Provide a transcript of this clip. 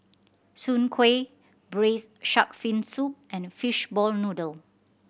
soon kway Braised Shark Fin Soup and fishball noodle